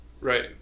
Right